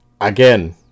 again